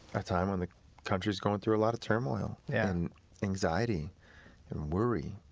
a time when the country is going through a lot of turmoil and anxiety and worry